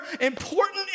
important